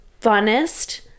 funnest